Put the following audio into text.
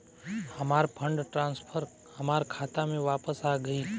हमार fund transfer हमार खाता में वापस आ गइल